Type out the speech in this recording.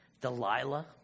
Delilah